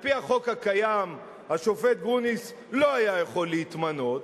על-פי החוק הקיים השופט גרוניס לא היה יכול להתמנות,